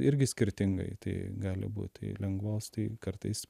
irgi skirtingai tai gali būt tai lengvos tai kartais